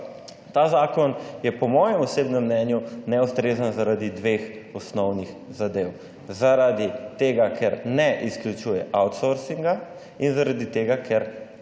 Ta zakon je po mojem osebnem mnenju neustrezen zaradi dveh osnovnih zadev. Zaradi tega, ker ne izključuje outsourcinga in zaradi tega, ker